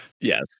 Yes